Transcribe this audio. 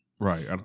Right